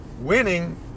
winning